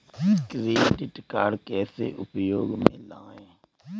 Credit card कैसे उपयोग में लाएँ?